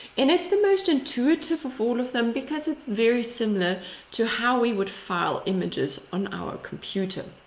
and it's the most intuitive of all of them, because it's very similar to how we would file images on our computer.